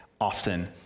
often